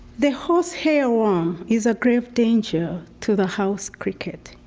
the horsehair worm is a grave danger to the house cricket.